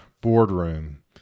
boardroom